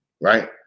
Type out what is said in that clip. right